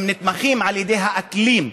הם נתמכים על ידי האקלים,